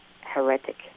heretic